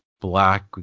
black